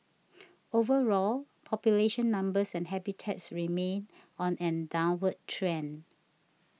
overall population numbers and habitats remain on a downward trend